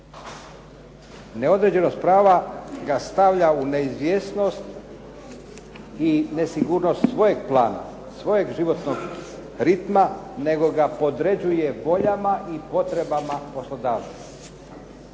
Neodređenost prava ga stavlja u neizvjesnost i nesigurnost svojeg životnog ritma, nego ga podređuje voljama i potrebama poslodavaca.